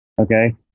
Okay